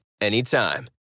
anytime